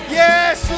yes